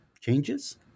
changes